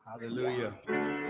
Hallelujah